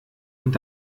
und